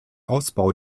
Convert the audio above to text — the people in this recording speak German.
ausbau